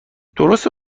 درسته